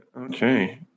Okay